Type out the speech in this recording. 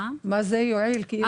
מה זה יועיל הארכה?